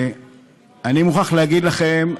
אני מוכרח להגיד לכם,